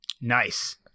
Nice